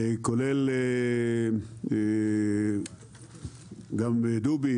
כולל גם גובי,